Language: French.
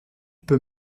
peut